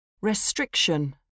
Restriction